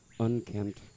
Unkempt